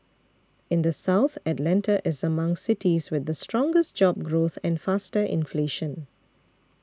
in the South Atlanta is among cities with the strongest job growth and faster inflation